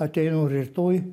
ateinu rytoj